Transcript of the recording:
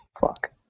Fuck